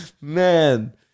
Man